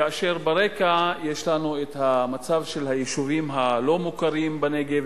כאשר ברקע יש לנו המצב של היישובים הלא-מוכרים בנגב,